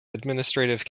administrative